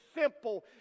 simple